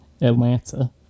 Atlanta